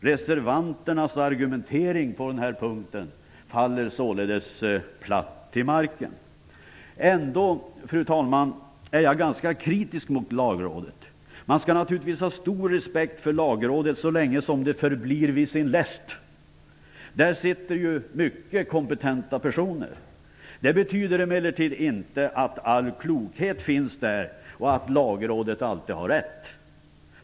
Reservanternas argumentering på denna punkt faller således platt till marken. Fru talman! Jag är ändock ganska kritisk till Lagrådet. Man skall naturligtvis ha stor respekt för Lagrådet så länge som det förblir vid sin läst. Där sitter mycket kompetenta personer. Det betyder emellertid inte att all klokhet finns där och att Lagrådet alltid har rätt.